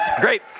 Great